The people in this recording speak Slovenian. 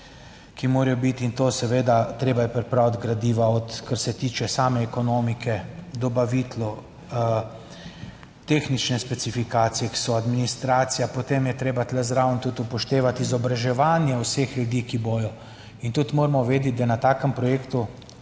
ki morajo biti in to seveda treba je pripraviti gradiva, od kar se tiče same ekonomike dobaviteljev, tehnične specifikacije, ki so administracija, potem je treba tu zraven tudi upoštevati izobraževanje vseh ljudi, ki bodo in tudi moramo vedeti da na takem projektu